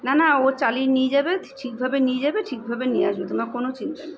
না না ও চালিয়ে নিয়ে যাবে ঠিকভাবে নিয়ে যাবে ঠিকভাবে নিয়ে আসবে তোমার কোনো চিন্তা নেই